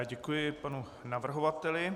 Děkuji panu navrhovateli.